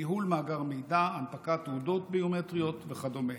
ניהול מאגר מידע, הנפקת תעודות ביומטריות וכדומה.